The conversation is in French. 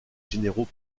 généraux